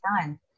done